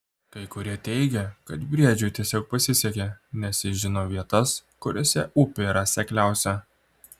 kai kurie teigė kad briedžiui tiesiog pasisekė nes jis žino vietas kuriose upė yra sekliausia